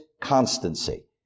constancy